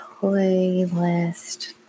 playlist